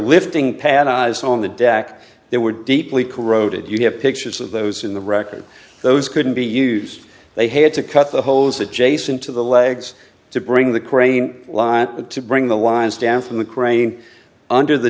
eyes on the deck they were deeply corroded you have pictures of those in the record those couldn't be used they had to cut the holes adjacent to the legs to bring the crane line to bring the lines down from the crane under the